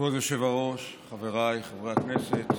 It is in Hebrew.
כבוד היושב-ראש, חבריי חברי הכנסת,